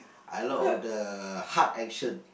I love all the hard action